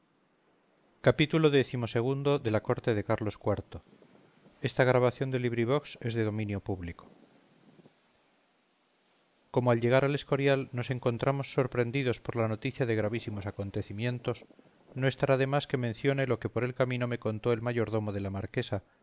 xxvi xxvii xxviii la corte de carlos iv de benito pérez galdós como al llegar al escorial nos encontrarnos sorprendidos por la noticia de gravísimos acontecimientos no estará demás que mencione lo que por el camino me contó el mayordomo de la marquesa